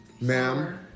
Ma'am